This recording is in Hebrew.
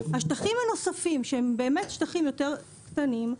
השטחים הנוספים שהם שטחים יותר קטנים,